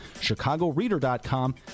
chicagoreader.com